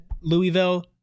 Louisville